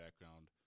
background